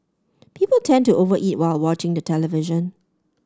people tend to over eat while watching the television